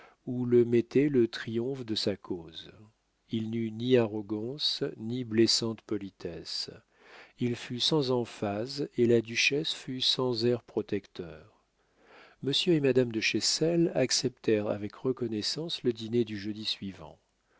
où le mettait le triomphe de sa cause il n'eut ni arrogance ni blessante politesse il fut sans emphase et la duchesse fut sans airs protecteurs monsieur et madame de chessel acceptèrent avec reconnaissance le dîner du jeudi suivant